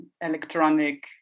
electronic